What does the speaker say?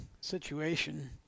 situation